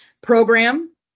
program